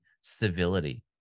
civility